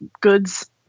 goods